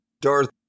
Darth